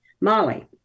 molly